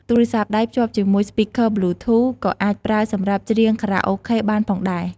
ទូរស័ព្ទដៃ ភ្ជាប់ជាមួយ Speaker Bluetooth ក៏អាចប្រើសម្រាប់ច្រៀងខារ៉ាអូខេបានផងដែរ។